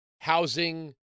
housing